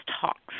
Talks